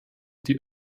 die